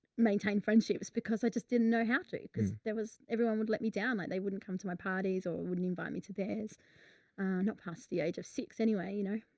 maintain friendships because i just didn't know how to, because there was, everyone would let me down, like they wouldn't come to my parties or wouldn't invite me to not past the age of six anyway, you know?